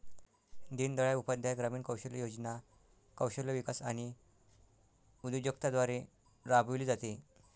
दीनदयाळ उपाध्याय ग्रामीण कौशल्य योजना कौशल्य विकास आणि उद्योजकता द्वारे राबविली जाते